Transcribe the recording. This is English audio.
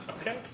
Okay